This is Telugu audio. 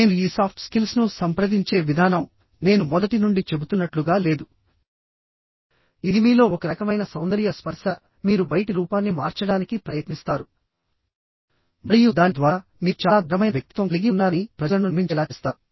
నేను ఈ సాఫ్ట్ స్కిల్స్ను సంప్రదించే విధానం నేను మొదటి నుండి చెబుతున్నట్లుగా లేదు ఇది మీలో ఒక రకమైన సౌందర్య స్పర్శ మీరు బయటి రూపాన్ని మార్చడానికి ప్రయత్నిస్తారు మరియు దాని ద్వారా మీరు చాలా దృఢమైన వ్యక్తిత్వం కలిగి ఉన్నారని ప్రజలను నమ్మించేలా చేస్తారు